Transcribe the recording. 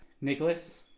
nicholas